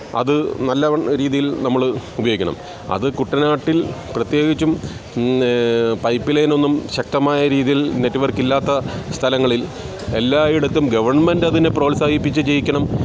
അത് നല്ല രീതിയിൽ നമ്മൾ ഉപയോഗിക്കണം അത് കുട്ടനാട്ടിൽ പ്രത്യേകിച്ചും പൈപ്പ് ലൈനൊന്നും ശക്തമായ രീതിയിൽ നെറ്റ്വർക്ക് ഇല്ലാത്ത സ്ഥലങ്ങളിൽ എല്ലായിടത്തും ഗവൺമെൻ്റ് അതിനെ പ്രോത്സാഹിപ്പിച്ച് ജയിക്കണം